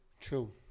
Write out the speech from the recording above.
True